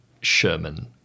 Sherman